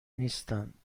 نیستند